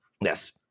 Yes